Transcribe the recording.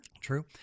True